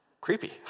creepy